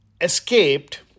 escaped